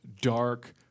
dark